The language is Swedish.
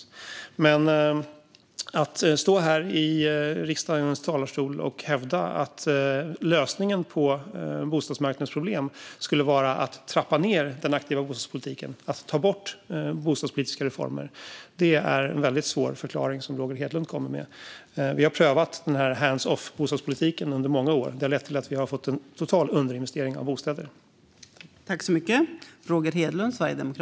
Roger Hedlund står här i riksdagens talarstol och hävdar att lösningen på bostadsmarknadens problem skulle vara att trappa ned den aktiva bostadspolitiken, alltså ta bort bostadspolitiska reformer, och det är en väldigt svår förklaring. Vi har prövat hands-off-bostadspolitiken under många år, och det har lett till att vi har fått en total underinvestering i bostäder.